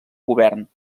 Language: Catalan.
govern